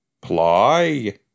ply